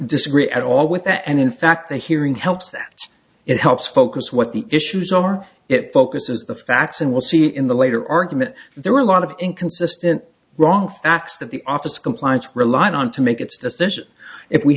disagree at all with that and in fact the hearing helps that it helps focus what the issues are it focuses the facts and we'll see in the later argument there are a lot of inconsistent wrong acts that the office compliance relied on to make it